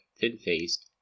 thin-faced